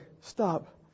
stop